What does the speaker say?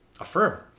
Affirm